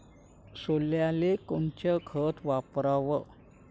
सोल्याले कोनचं खत वापराव?